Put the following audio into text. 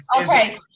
Okay